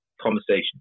conversation